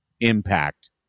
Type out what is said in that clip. impact